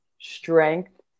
strength